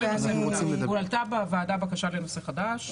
הועלתה בוועדה בקשה לנושא חדש.